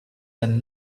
than